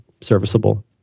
serviceable